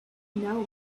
know